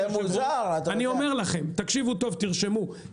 תקשיבו טוב ותרשמו,